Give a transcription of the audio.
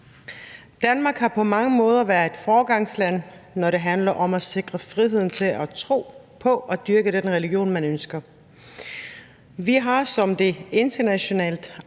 Danmark har på mange måder været et foregangsland, når det handler om at sikre friheden til at tro på og dyrke den religion, man ønsker. Vi har som det internationalt